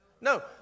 No